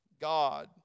God